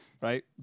Right